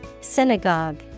Synagogue